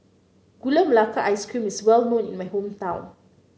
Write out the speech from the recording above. Gula Melaka Ice Cream is well known in my hometown